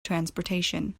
transportation